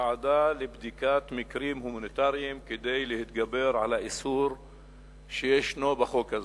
ועדה לבדיקת מקרים הומניטריים כדי להתגבר על האיסור שישנו בחוק הזה.